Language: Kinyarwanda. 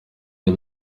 iyo